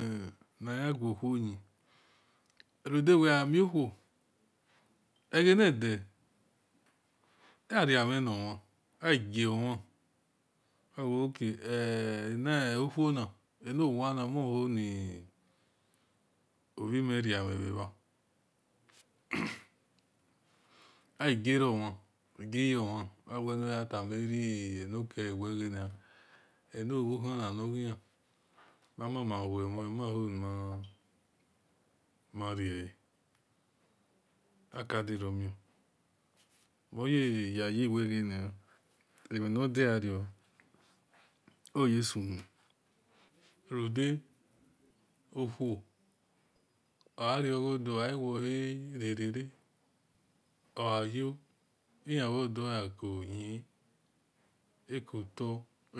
baya guo kho yi run de weghu mio khuo eghe nede ama mhen nomha aghi gio mhen awe enowu na eno wa no moho ni obhi mel ria mhen bhe bha aghi gie romhan gie yomhan awe no yai tamare-nokele wel enobho khana nor ghi an mama-wo hue mhole ma hole nima rie akadirio mion monye yayi weghe emhi no diario-oye-sunu runda okhuo ogha rio-gha dor awel nor re-re-re- because ogha yo iyan bhor dole gha ko yin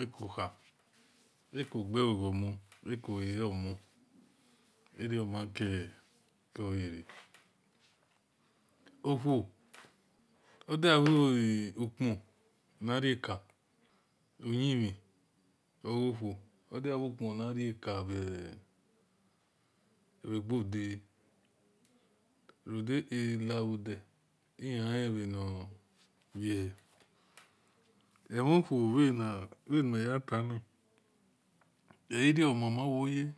eko khai eko gbe lo gho mon eko lele onomon irio ma kole re okuo odu bhu kpon norie ka oyin-mhin ogho-kho odia bhu kpon narie ka bhe gbo dele rude elabho de iyan len emhon khuo bhe ni meh ya tuna eyi rio omamo wo ye